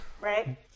Right